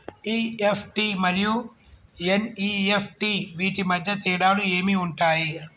EFT మరియు NEFT వీటి మధ్య తేడాలు ఏమి ఉంటాయి?